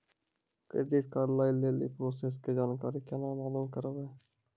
Credit card लय लेली process के जानकारी केना मालूम करबै?